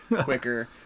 quicker